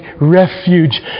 refuge